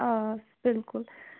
آ بِلکُل